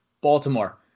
Baltimore